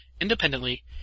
independently